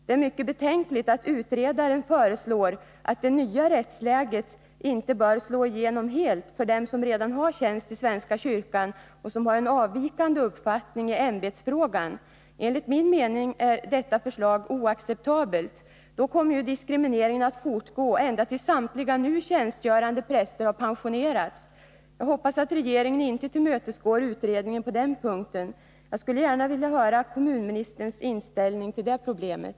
Det är mycket betänkligt att utredaren föreslår att det nya rättsläget inte bör slå igenom helt för dem som redan har tjänst i svenska kyrkan och som har en avvikande uppfattning i ämbetsfrågan. Enligt min mening är detta förslag oacceptabelt. Då kommer ju diskrimineringen att fortgå ända tills samtliga nu tjänstgörande präster har pensionerats. Jag hoppas att regeringen inte tillmötesgår utredningen på den punkten. Jag skulle gärna vilja höra kommunministerns inställning till det problemet.